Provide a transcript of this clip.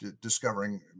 discovering